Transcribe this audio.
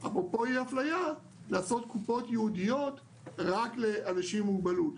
אפרופו אי אפליה אסור לעשות קופות ייעודיות רק לאנשים עם מוגבלות.